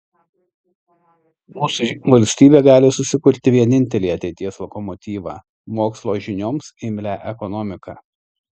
mūsų valstybė gali susikurti vienintelį ateities lokomotyvą mokslo žinioms imlią ekonomiką